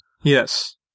Yes